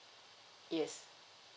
yes